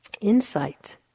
insight